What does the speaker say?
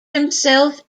himself